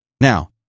Now